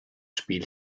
spiel